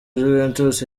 juventus